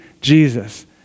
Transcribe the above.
Jesus